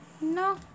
No